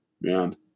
man